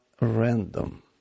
random